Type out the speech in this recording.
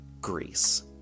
Greece